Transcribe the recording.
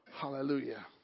Hallelujah